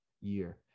year